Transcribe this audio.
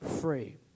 free